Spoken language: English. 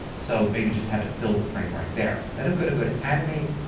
so maybe just have it fill the frame right there. then i'm going to go to animate,